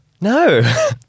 No